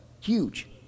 huge